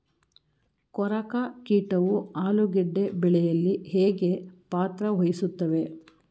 ಕೊರಕ ಕೀಟವು ಆಲೂಗೆಡ್ಡೆ ಬೆಳೆಯಲ್ಲಿ ಹೇಗೆ ಪಾತ್ರ ವಹಿಸುತ್ತವೆ?